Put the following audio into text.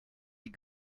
die